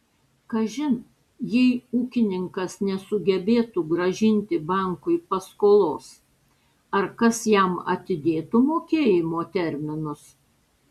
kažin jei ūkininkas nesugebėtų grąžinti bankui paskolos ar kas jam atidėtų mokėjimo terminus